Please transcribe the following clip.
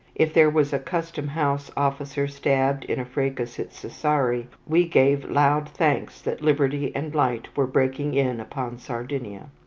if there was a custom-house officer stabbed in a fracas at sassari, we gave loud thanks that liberty and light were breaking in upon sardinia.